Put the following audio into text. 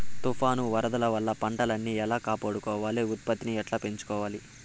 తుఫాను, వరదల వల్ల పంటలని ఎలా కాపాడుకోవాలి, ఉత్పత్తిని ఎట్లా పెంచుకోవాల?